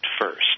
first